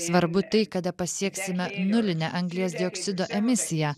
svarbu tai kada pasieksime nulinę anglies dioksido emisiją